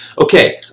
Okay